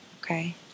okay